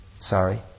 Sorry